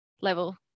level